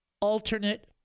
alternate